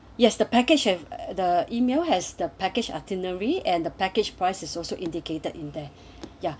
yes the package and the email has the package itinerary and the package prices also indicated in there ya